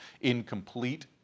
incomplete